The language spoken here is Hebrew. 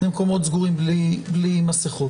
למקומות סגורים בלי מסכות.